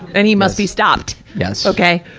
and he must be stopped. yeah so okay?